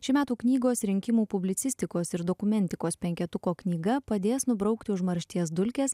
šių metų knygos rinkimų publicistikos ir dokumentikos penketuko knyga padės nubraukti užmaršties dulkes